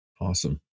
Awesome